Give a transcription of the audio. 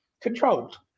controlled